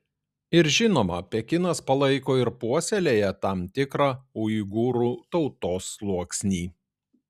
ir žinoma pekinas palaiko ir puoselėja tam tikrą uigūrų tautos sluoksnį